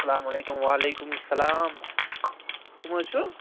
سَلامُ علیکُم وَ علیکُم سَلام کٕم حظ چھِو